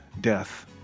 death